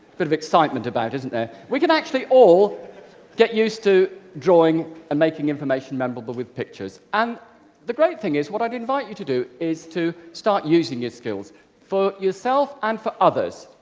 bit of excitement about, isn't there? we can actually all get used to drawing and making information memorable with pictures. and the great thing is what i'd invite you to do is to start using these skills for yourself and for others.